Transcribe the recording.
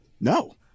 No